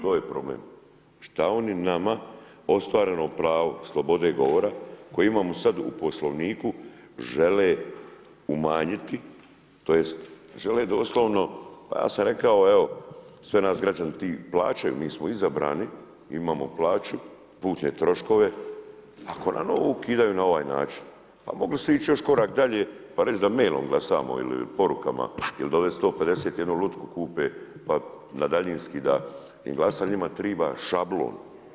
To je problem, što oni nama ostvareno prave slobode govora, koji imamo sad u Poslovniku žele umanjiti tj. žele doslovno pa ja sam rekao, evo, sve nas građani ti plaćaju, mi smo izabrani i imamo plaću, putne troškove, pa ako nam ovo ukidaju na ovaj način, pa mogli ste ići još korak dalje pa reći da mailom glasamo ili porukama ili dovesti 151 lutku kupe pa na daljanski da glasa, njima treba šablon.